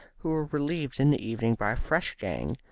who were relieved in the evening by a fresh gang,